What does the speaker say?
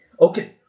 okay